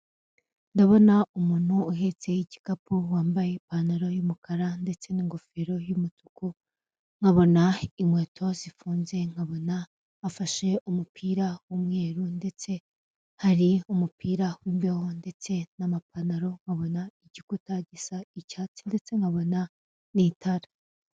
Ndabona umuntu uhetse igikapu wambaye ipantaro y'umukara ndetse n'ingofero y'umutuku, nkabona inkweto zifunze, nkabona afashe umupira w'umweru ndetse hari umupira w'imbeho ndetse n'amapantaro, nkabona igikuta gisa icyatsi ndetse nkabona n'itara.